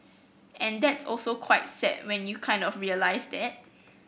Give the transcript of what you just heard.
and that's also quite sad when you kind of realise that